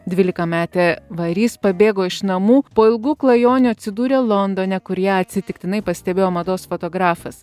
dvylikametė varys pabėgo iš namų po ilgų klajonių atsidūrė londone kur ją atsitiktinai pastebėjo mados fotografas